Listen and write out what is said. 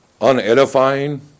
unedifying